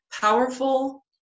powerful